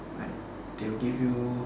like they will give you